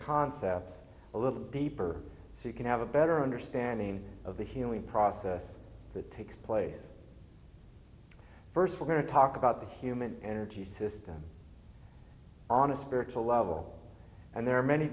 concepts a little deeper so you can have a better understanding of the healing process that takes place first we're going to talk about the human energy system on a spiritual level and there are many